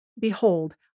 Behold